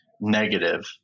negative